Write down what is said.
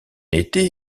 été